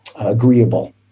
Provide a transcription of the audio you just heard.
agreeable